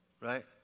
right